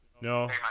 no